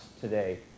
today